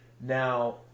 Now